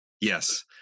Yes